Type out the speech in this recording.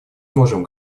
можем